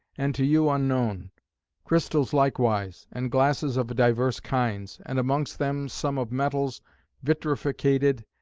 and to you unknown crystals likewise and glasses of divers kinds and amongst them some of metals vitrificated,